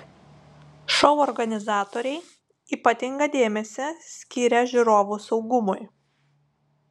šou organizatoriai ypatingą dėmesį skiria žiūrovų saugumui